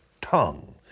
tongue